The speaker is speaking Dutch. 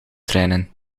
trainen